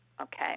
Okay